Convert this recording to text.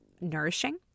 nourishing